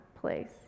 place